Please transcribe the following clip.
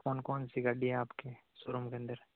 कौन कौनसी गाड़ी है आपके शोरूम के अंदर